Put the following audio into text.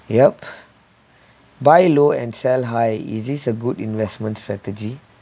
yup buy low and sell high is it a good investment strategy